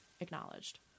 acknowledged